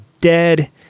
dead